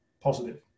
positive